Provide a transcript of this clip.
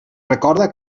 recorda